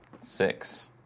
six